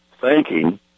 thanking